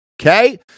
okay